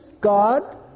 God